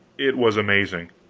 it was amazing.